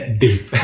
deep